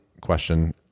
question